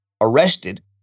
arrested